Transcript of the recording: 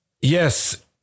Yes